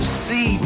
see